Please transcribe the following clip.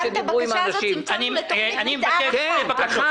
וגם את הבקשה הזאת צמצמנו לתוכנית מתאר אחת.